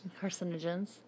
carcinogens